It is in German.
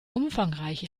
umfangreiche